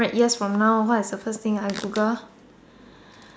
years from now what is the first thing I Google